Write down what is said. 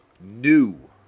new